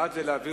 בעד, להעביר